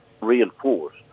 reinforce